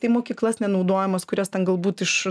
tai mokyklas nenaudojamas kurias ten galbūt iš